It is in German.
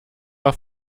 noch